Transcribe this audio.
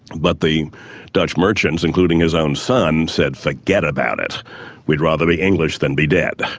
but the dutch merchants, including his own son, said forget about it we'd rather be english than be dead.